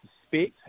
suspect